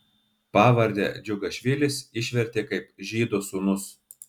pavardę džiugašvilis išvertė kaip žydo sūnus